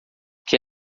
que